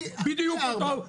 בדיוק אותו שואב.